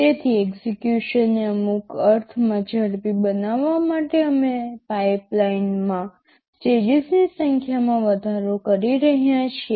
તેથી એક્સેકયુશનને અમુક અર્થમાં ઝડપી બનાવવા માટે અમે પાઇપલાઇનમાં સ્ટેજીસની સંખ્યામાં વધારો કરી રહ્યા છીએ